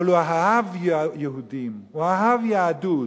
אבל הוא אהב יהודים, הוא אהב יהדות.